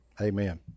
amen